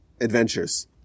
adventures